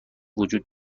وجود